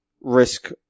risk